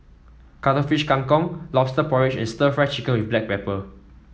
Cuttlefish Kang Kong lobster porridge and stir Fry Chicken with Black Pepper